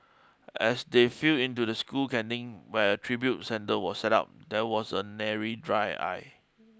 as they filled into the school canteen where a tribute centre was set up there was a nary dry eye